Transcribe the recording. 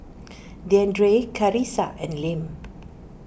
Deandre Karissa and Lem